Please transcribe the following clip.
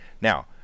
Now